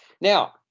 Now